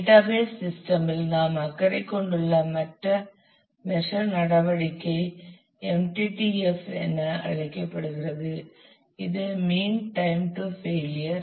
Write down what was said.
database system இல் நாம் அக்கறை கொண்டுள்ள மற்ற மெசர் நடவடிக்கை MTTF என அழைக்கப்படுகிறது இது மீன் டைம் டு ஃபெயிலியர்